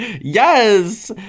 Yes